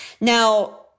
Now